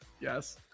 Yes